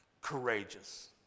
courageous